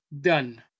done